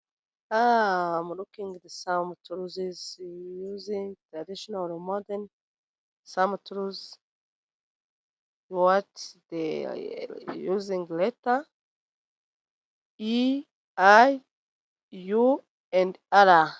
Ah! I'm looking some tools using traditional modern. Some tools want using letters: e, I, u,and r.